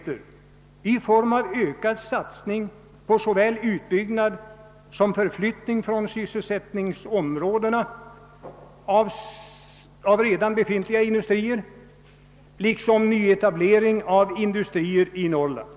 Detta bör göras genom ökad satsning på såväl utbyggnad av redan befintliga industrier som förflyttning av sådana från översysselsättningsområdena liksom även på nyetablering av industrier i Norrland.